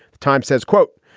times says, quote,